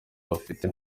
bafite